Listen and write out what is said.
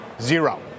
zero